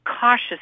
cautious